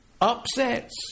upsets